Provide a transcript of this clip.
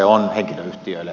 arvoisa puhemies